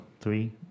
three